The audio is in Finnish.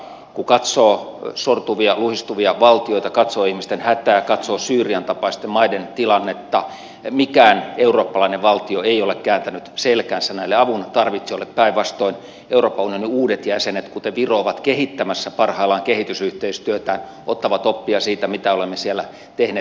kun katsoo sortuvia luhistuvia valtioita katsoo ihmisten hätää katsoo syyrian tapaisten maiden tilannetta mikään eurooppalainen valtio ei ole kääntänyt selkäänsä näille avuntarvitsijoille päinvastoin euroopan unionin uudet jäsenet kuten viro ovat kehittämässä parhaillaan kehitysyhteistyötään ottavat oppia siitä mitä olemme siellä tehneet